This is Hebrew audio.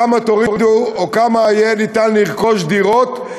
כמה תורידו או כמה יהיה ניתן לרכוש דירות,